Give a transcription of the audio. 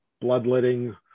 bloodletting